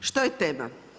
Što je tema?